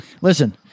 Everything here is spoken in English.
listen